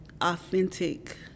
authentic